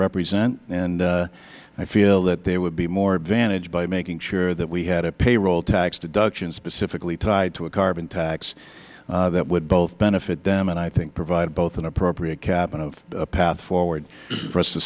represent and i feel that they would be more advantaged by making sure that we had a payroll tax deduction specifically tied to a carbon tax that would both benefit them and i think provide both an appropriate cap and a path forward for us to